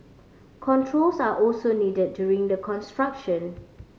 controls are also needed during the construction